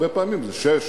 הרבה פעמים זה שש,